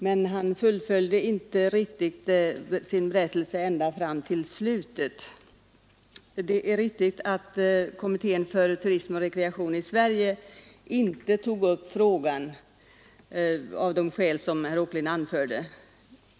Men han fullföljde inte sin berättelse ända fram till slutet. Det är riktigt att kommittén för planering av turistanläggningar och friluftsområden inte tog upp frågan av de skäl som herr Åkerlind anförde.